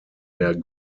der